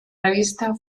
revista